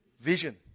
vision